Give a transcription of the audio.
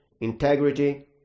integrity